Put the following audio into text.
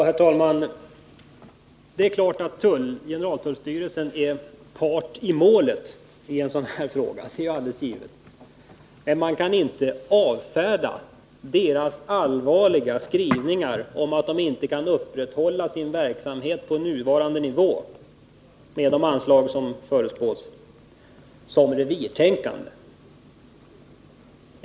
Herr talman! Det är klart att generaltullstyrelsen är part i målet i en sådan här fråga. Det är alldeles givet. Men man kan inte avfärda verkets allvarliga skrivning om att det, med de anslag som föreslås, inte går att upprätthålla verksamheten på nuvarande nivå som revirtänkande.